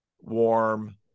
warm